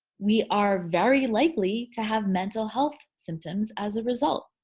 we are very likely to have mental health symptoms as a result.